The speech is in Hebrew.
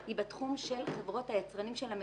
היא בתחום של חברות הייצור של המסופים.